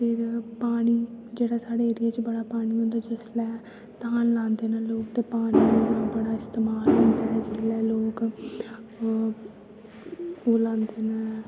फिर पानी जेह्ड़ा साढ़े एरिये च बड़ा पानी होंदा जिसलै धान लांदे न लोग ते पानी दा बड़ा इस्तेमाल होंदा ऐ जिल्लै लोग ओह् लांदे न